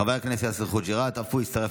חבר הכנסת יאסר חוג'יראת אף הוא הצטרף